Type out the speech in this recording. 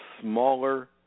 smaller